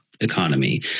economy